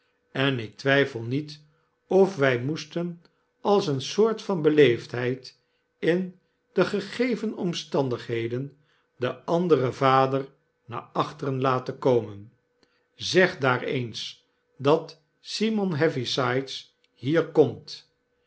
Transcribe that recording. en ik twijfel niet of wy moesten als een soort van beleefdheid in de gegeven omstandigheden den anderen vader naar achteren laten komen zeg daar eens dat simon heavysides hier komt